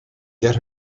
get